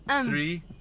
three